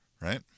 right